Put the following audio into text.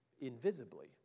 invisibly